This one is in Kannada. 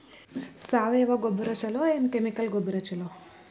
ಸಾವಯವ ಗೊಬ್ಬರ ಛಲೋ ಏನ್ ಕೆಮಿಕಲ್ ಗೊಬ್ಬರ ಛಲೋ?